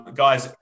guys